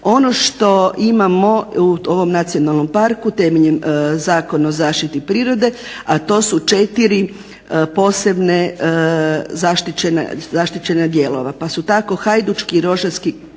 Ono što imamo u ovom nacionalnom parku temeljem Zakona o zaštiti prirode a to su 4 posebne zaštićena dijela. Pa su tako Hajdučki i Rožanski